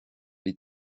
die